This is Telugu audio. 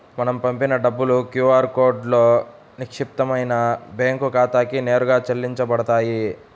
మనం పంపిన డబ్బులు క్యూ ఆర్ కోడ్లో నిక్షిప్తమైన బ్యేంకు ఖాతాకి నేరుగా చెల్లించబడతాయి